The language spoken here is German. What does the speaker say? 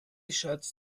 schatz